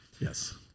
Yes